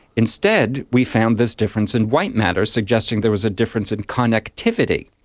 instead we found this difference in white matter, suggesting there was a difference in connectivity.